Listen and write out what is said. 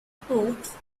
proofs